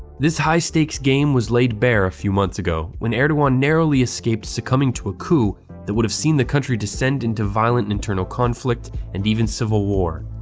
this high-stakes game was laid bare a couple months ago when erdogan narrowly escaped succumbing to a coup that would have seen the country descend into violent internal conflict and even civil war.